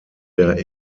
der